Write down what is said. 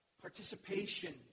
participation